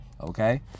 Okay